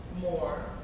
more